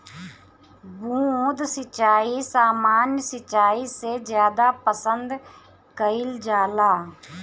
बूंद सिंचाई सामान्य सिंचाई से ज्यादा पसंद कईल जाला